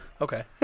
Okay